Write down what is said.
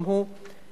גם הוא מבוטל.